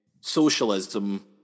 socialism